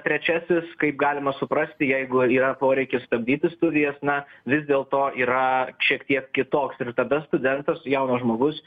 trečiasis kaip galima suprasti jeigu yra poreikis stabdyti studijas na vis dėlto yra šiek tiek kitoks ir tada studentas jaunas žmogus